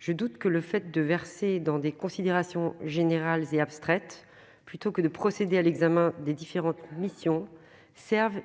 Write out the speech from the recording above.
Je doute que le fait de verser dans des considérations générales et abstraites, plutôt que de procéder à l'examen des différentes missions, serve